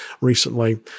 recently